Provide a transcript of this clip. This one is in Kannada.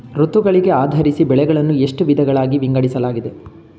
ಋತುಗಳಿಗೆ ಆಧರಿಸಿ ಬೆಳೆಗಳನ್ನು ಎಷ್ಟು ವಿಧಗಳಾಗಿ ವಿಂಗಡಿಸಲಾಗಿದೆ?